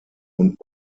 und